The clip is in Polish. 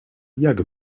jak